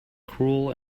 cruel